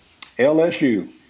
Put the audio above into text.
LSU